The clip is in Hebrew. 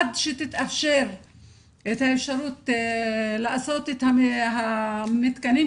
עד שיתאפשר לעשות את המתקנים,